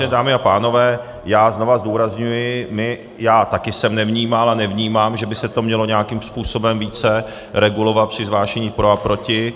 Vážené dámy a pánové, já znovu zdůrazňuji, my já také jsem nevnímal a nevnímám, že by se to mělo nějakým způsobem více regulovat při zvážení pro a proti.